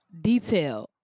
Detail